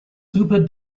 super